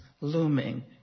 looming